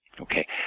Okay